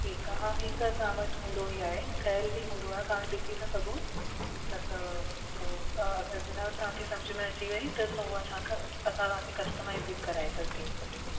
ठीकु आहे ई त तव्हां वटि हूंदो ई आहे ठहियल बि हूंदो आहे तव्हां ॾिसी था सघो न त पोइ त तव्हांखे समुझ में अची वेई त उहो असांखा असां तव्हांखे कस्टमाइज़ बि कराए था ॾेई सघूं